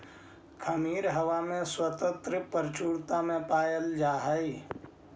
खमीर हवा में सर्वत्र प्रचुरता में पायल जा हई